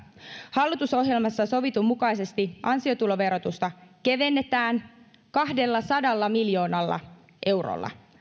hallitusohjelmassa sovitun mukaisesti ansiotuloverotusta kevennetään kahdellasadalla miljoonalla eurolla